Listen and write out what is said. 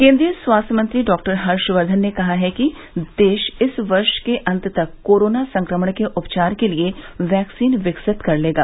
केन्द्रीय स्वास्थ्य मंत्री डॉक्टर हर्ष वर्धन ने कहा है कि देश इस वर्ष के अंत तक कोरोना संक्रमण के उपचार के लिए वैक्सीन विकसित कर लेगा